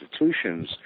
institutions